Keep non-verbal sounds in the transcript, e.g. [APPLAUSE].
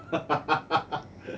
[LAUGHS]